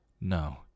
No